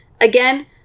Again